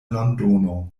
londono